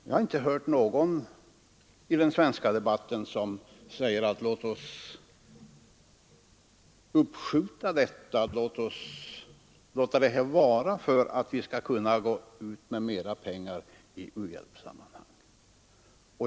Jag har inte under debatten hört någon säga: Låt oss skjuta på eller ge upp dessa reformer för att kunna lämna mer pengar i u-hjälp.